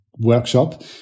workshop